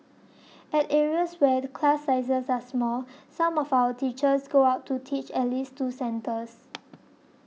at areas where class sizes are small some of our teachers go out to teach at least two centres